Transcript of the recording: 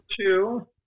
two